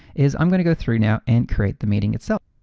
is i'm gonna go through now and create the meeting itself.